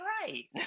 right